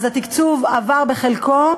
אז התקצוב עבר בחלקו,